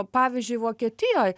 pavyzdžiui vokietijoj